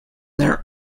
their